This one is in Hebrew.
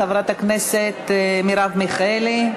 חברת הכנסת מרב מיכאלי,